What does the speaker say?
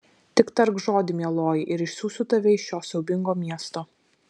tik tark žodį mieloji ir išsiųsiu tave iš šio siaubingo miesto